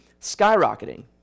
skyrocketing